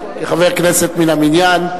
כחבר כנסת מן המניין,